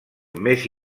més